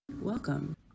Welcome